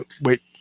wait